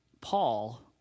Paul